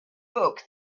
book